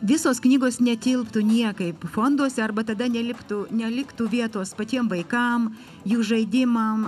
visos knygos netilptų niekaip fonduose arba tada neliktų neliktų vietos patiem vaikam jų žaidimam